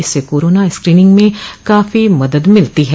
इससे corona screening में काफी मदद मिलती है